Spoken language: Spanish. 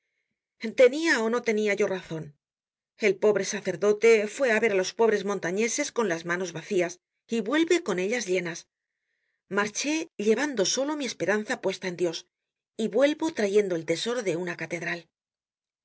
ó no tenia yo razon el pobre sacerdote fué á ver á los pobres montañeses con las manos vacías y vuelve con ellas llenas marché llevando solo mi esperanza puesta en dios y vuelvo trayendo el tesoro de una catedral